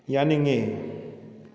ꯌꯥꯅꯤꯡꯏ